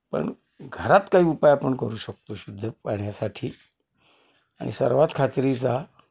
पण घरात काही उपाय आपण करू शकतो शुद्ध पाण्यासाठी आणि सर्वात खात्रीचा